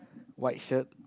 white shirt